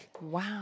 Wow